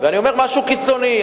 ואני אומר משהו קיצוני.